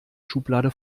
schublade